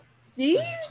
See